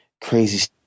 crazy